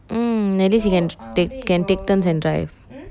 mm at least can can take can take turns and drive